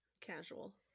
Casual